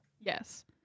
Yes